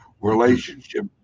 relationship